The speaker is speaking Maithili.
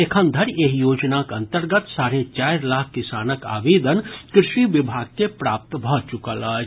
एखन धरि एहि योजनाक अन्तर्गत साढ़े चारि लाख किसानक आवेदन कृषि विभाग के प्राप्त भऽ चुकल अछि